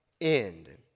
end